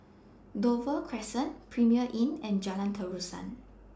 Dover Crescent Premier Inn and Jalan Terusan